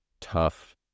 tough